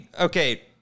Okay